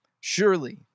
Surely